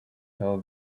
how